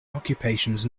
occupations